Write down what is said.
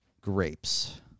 grapes